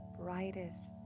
brightest